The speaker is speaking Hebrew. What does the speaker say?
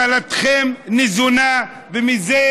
ממשלתכם ניזונה, ומזה